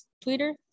Twitter